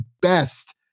best